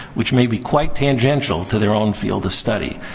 which may be quite tangential to their own field of study.